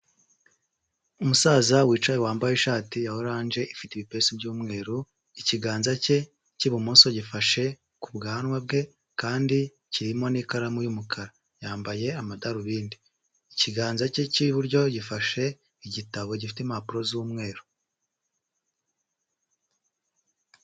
Umusaza wicaye wambaye ishati ya oranje ifite ibipesu by by'umweru, ikiganza cye cy'ibumoso gifashe ku bwanwa bwe kandi kirimo n'ikaramu y'umukara yambaye amadarubindi, ikiganza cye cy'iburyo gifashe igitabo gifite impapuro z'umweru.